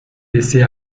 laisser